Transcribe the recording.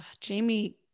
Jamie